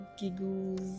giggles